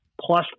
plus